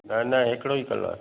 न न हिकिड़ो ई कलर